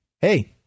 hey